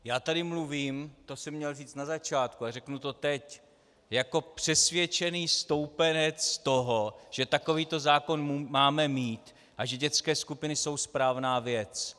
Já tady mluvím to jsem měl říct na začátku, ale řeknu to teď jako přesvědčený stoupenec toho, že takovýto zákon máme mít a že dětské skupiny jsou správná věc.